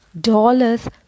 dollars